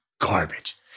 garbage